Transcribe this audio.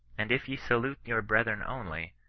and if ye salute your brethren only,